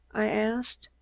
i asked.